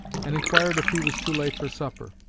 and inquired if he was too late for supper.